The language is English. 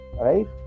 right